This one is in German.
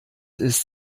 ist